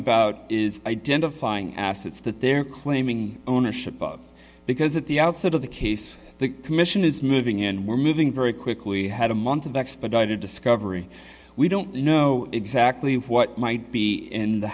about is identifying assets that they're claiming ownership of because at the outset of the case the commission is moving in we're moving very quickly had a month of expedited discovery we don't know exactly what might be in the